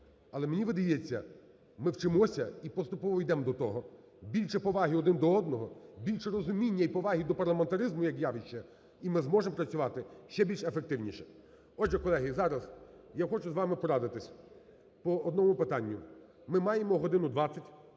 Але, мені видається, ми вчимося і поступово йдемо до того, більше поваги один до одного, більше розуміння і поваги до парламентаризму, як явище, і ми зможемо працювати ще більш ефективніше. Отже, колеги, зараз я хочу з вами порадитися по одному питанню. Ми маємо годину